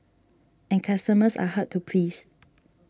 and customers are hard to please